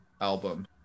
album